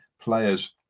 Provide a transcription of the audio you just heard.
players